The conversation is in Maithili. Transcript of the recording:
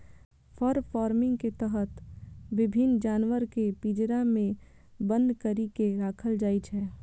फर फार्मिंग के तहत विभिन्न जानवर कें पिंजरा मे बन्न करि के राखल जाइ छै